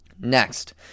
Next